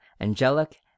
angelic